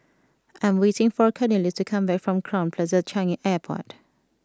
I am waiting for Cornelius to come back from Crowne Plaza Changi Airport